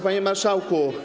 Panie Marszałku!